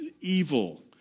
evil